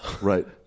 Right